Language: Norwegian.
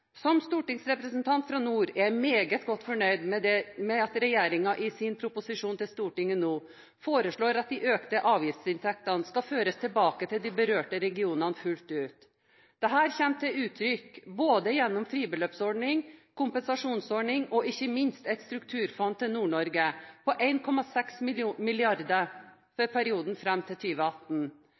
Som stortingsrepresentant fra nord er jeg meget godt fornøyd med at regjeringen i sin proposisjon til Stortinget nå foreslår at de økte avgiftsinntektene skal føres tilbake til de berørte regionene fullt ut. Dette kommer til uttrykk både gjennom fribeløpsordning og kompensasjonsordning og ikke minst gjennom et strukturfond til Nord-Norge på 1,6 mrd. kr for perioden fram til